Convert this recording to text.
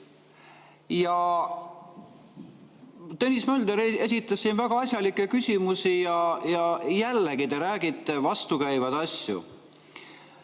Tõnis Mölder esitas siin väga asjalikke küsimusi ja jällegi te räägite vastukäivaid